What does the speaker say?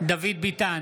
דוד ביטן,